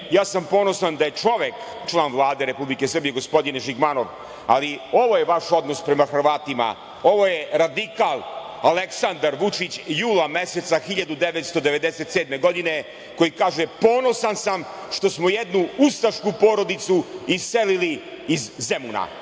ja sam ponosan da je čovek član Vlade Republike Srbije, gospodine Žigmanov, ali ovo je vaš odnos prema Hrvatima. Ovo je radikal Aleksandar Vučić jula meseca 1997. godine, koji kaže – ponosan sam što smo jednu ustašku porodicu iselili iz Zemuna.